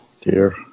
dear